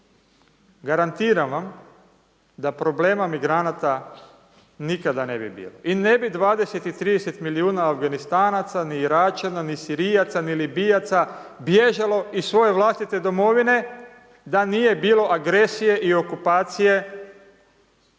garantiram vam da problema migranata nikada ne bi bilo, i ne bi 20 i 30 milijuna Afganistanaca, ni Iračana, ni Sirijaca, ni Libijaca, bježalo iz svoje vlastite domovine, da nije bilo agresije i okupacije od